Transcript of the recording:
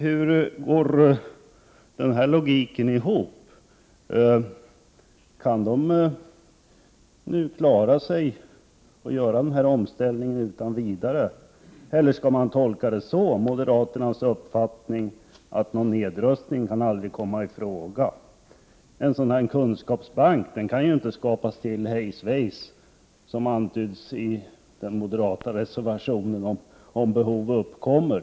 Hur går den här logiken ihop? Kan industrin klara av att göra den här omställningen utan vidare? Eller skall man tolka moderaternas uppfattning så att någon nedrustning aldrig kan komma i fråga? En sådan här kunskapsbank kan ju inte åstadkommas hej svejs, vilket antyds i den moderata reservationen, om behov uppkommer.